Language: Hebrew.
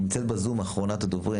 נמצאת בזום אחרונת הדוברים.